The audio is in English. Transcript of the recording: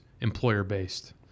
employer-based